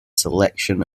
selection